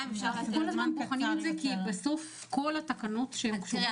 אנחנו כל הזמן בוחנים את זה כי בסוף כל התקנות שקשורות